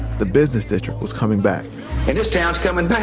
the business district was coming back and this town is coming back.